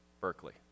Berkeley